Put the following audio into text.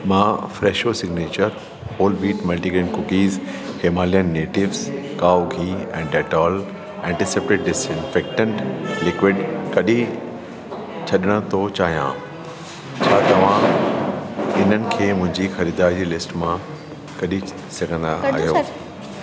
मां Fresho signature whole wheat multigrain cookies Himalayan Natives काओ गिह ऐं डेटोल एंटीसेप्टिक डिसइंफेक्टेंट लिक्विड कढी छॾण थो चाहियां छा तव्हां इन्हनि खे मुंहिंजी ख़रीदारी लिस्ट मां कढी सघंदा आहियो